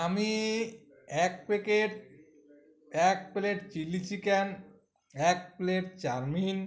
আমি এক পেকেট এক প্লেট চিলি চিকেন এক প্লেট চাউমিন